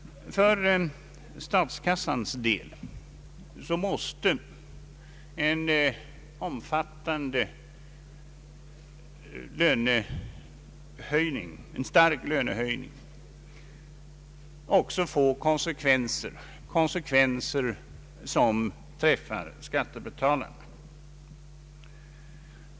För statskassans del måste en kraftig lönehöjning också få konsekvenser, konsekvenser som träffar skattebetalarna.